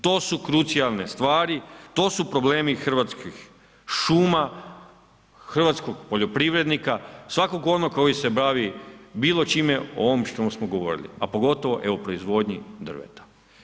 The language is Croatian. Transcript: To su krucijalne stvari, to su problemi hrvatskih šuma, hrvatskog poljoprivrednika, svakog onog koji se bavi bilo čime o ovom o čemu smo govorili a pogotovo evo proizvodnji drveta.